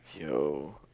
Yo